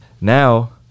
Now